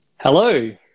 hello